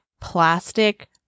plastic